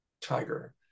tiger